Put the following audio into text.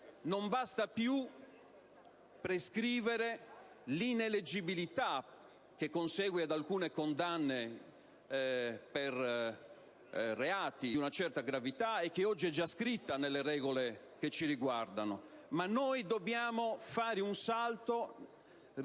non basta più prescrivere l'ineleggibilità, che consegue ad alcune condanne per reati di una certa gravità e che oggi è già prevista nelle regole che ci riguardano. Dobbiamo introdurre,